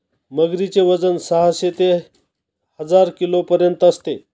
मगरीचे वजन साहशे ते हजार किलोपर्यंत असते